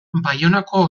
baionako